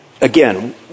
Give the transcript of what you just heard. again